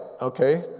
Okay